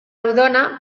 rodona